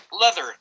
Leather